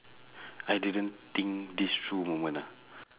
I didn't think this through moment ah